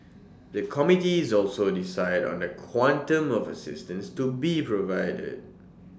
the committees also decide on the quantum of assistance to be provided